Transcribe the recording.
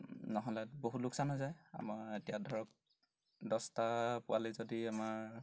নহ'লে বহুত লোকচান হৈ যায় আমাৰ এতিয়া ধৰক দছটা পোৱালি যদি আমাৰ